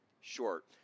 short